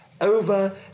over